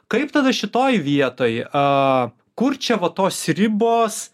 kaip tada šitoj vietoj a kur čia va tos ribos